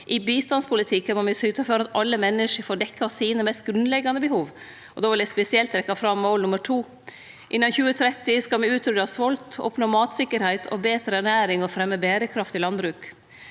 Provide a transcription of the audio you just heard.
i bistandspolitikken syte for at alle menneske får dekt sine mest grunnleggjande behov. Då vil eg spesielt trekkje fram mål nr. 2: Innan 2030 skal me utrydde svolt, oppnå matsikkerheit og betre ernæring, og fremje berekraftig landbruk.